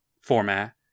format